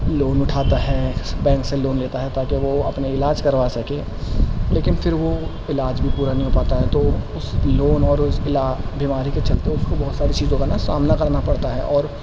loan اٹھاتا ہے bank سے لون لیتا ہے تاکہ وہ اپنے علاج کروا سکے لیکن پھر وہ علاج بھی پورا نہیں ہو پاتا ہے تو اس لون اور اس علا بیماری کے چلتے اس کو بہت ساری چیزوں کا نا سامنا کرنا پڑتا ہے اور